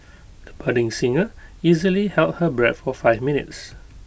the budding singer easily held her breath for five minutes